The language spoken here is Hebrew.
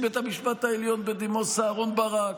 בית המשפט העליון בדימוס אהרן ברק,